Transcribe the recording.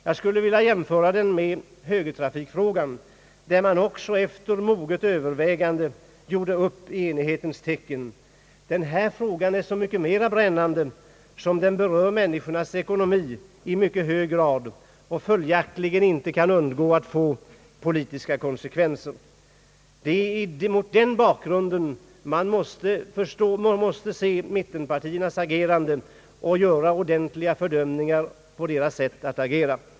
Jag skulle vilja jämföra den med frågan om högertrafiken, som man också efter moget övervägande tog ställning till i enighetens tecken. Denna fråga är så mycket mera brännande som den berör människornas ekonomi i mycket hög grad och följaktligen inte kan undgå att få politiska konsekvenser. Det är mot denna bakgrund man måste se mittenpartiernas agerande och fördöma detta.